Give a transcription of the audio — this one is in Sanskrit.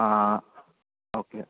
हा ओके